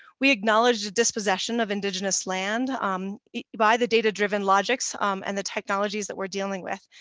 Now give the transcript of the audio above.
we acknowledge the dispossession of indigenous land um by the data driven logics and the technologies that we're dealing with.